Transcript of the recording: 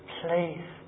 please